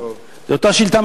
זו אותה שאילתא.